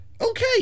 Okay